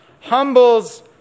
humbles